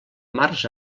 març